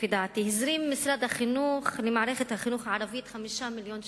הזרים משרד החינוך למערכת החינוך הערבית 5 מיליוני שקל,